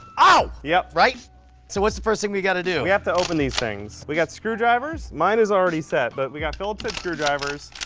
ow! yep, right. so what's the first thing we got to do? we have to open these things. we got screwdrivers, mine is already set but we got phillips head screwdrivers.